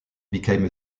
became